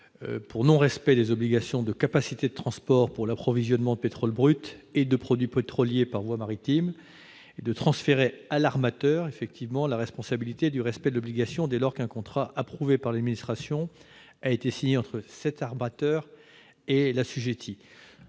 pour non-respect des obligations de capacité de transport pour l'approvisionnement en pétrole brut et en produits pétroliers par voie maritime, et de transférer à l'armateur la responsabilité du respect de l'obligation, dès lors qu'un contrat approuvé par l'administration a été signé entre cet armateur et l'assujetti.